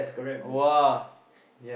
!wah!